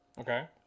Okay